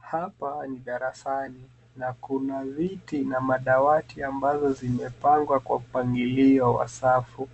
Hapa ni darasani na kuna viti na madawati ambazo zimepangwa kwa mpangilio wa safu.